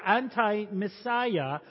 anti-Messiah